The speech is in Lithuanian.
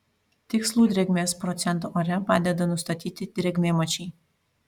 tikslų drėgmės procentą ore padeda nustatyti drėgmėmačiai